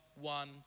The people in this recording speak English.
one